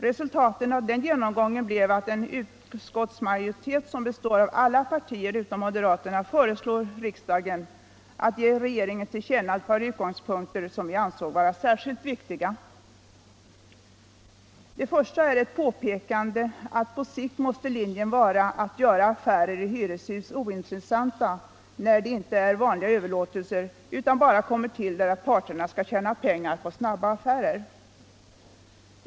Resultatet av den genomgången blev att en utskottsmajoritet bestående av alla partier utom moderaterna föreslår riksdagen att ge regeringen till känna ett par utgångspunkter som vi ansåg vara särskilt viktiga. Den första är ett påpekande av att på sikt linjen måste vara att göra affärer i hyreshus ointressanta när de inte rör vanliga överlåtelser utan bara kommer till för att parterna skall tjäna pengar på snabba affärer.